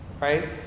right